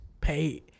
pay